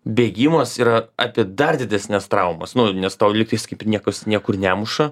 bėgimas yra apie dar didesnes traumas nu nes tau lyg tais kaip ir niekas niekur nemuša